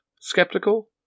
Skeptical